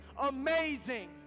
amazing